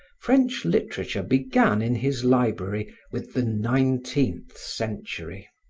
french literature began in his library with the nineteenth century.